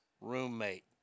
roommate